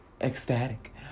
ecstatic